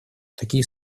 такие